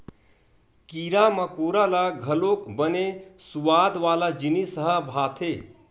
कीरा मकोरा ल घलोक बने सुवाद वाला जिनिस ह भाथे